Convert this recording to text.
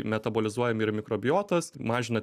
metabolizuojami ir mikrobiotos mažina